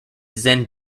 zen